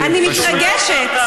אני מתרגשת.